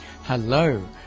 Hello